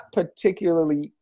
particularly